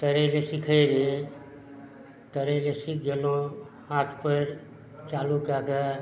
तैरय लै सीखय रहियै तैरय लै सीख गेलहुँ हाथ पयर चालू कएके